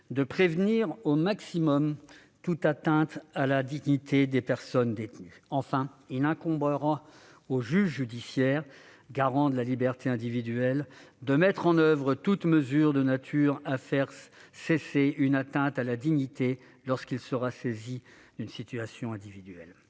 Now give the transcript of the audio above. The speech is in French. de prévenir au maximum toute atteinte à la dignité des personnes détenues. Enfin, il reviendra au juge judiciaire, garant de la liberté individuelle, de mettre en oeuvre toute mesure de nature à faire cesser une atteinte à la dignité lorsqu'il sera saisi d'une situation individuelle.